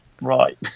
right